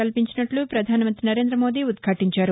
కల్పించినట్లు పధానమంతి నరేంద మోదీ ఉద్భాటించారు